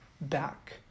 back